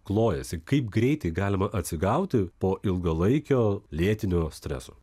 klojasi kaip greitai galima atsigauti po ilgalaikio lėtinio streso